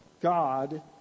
God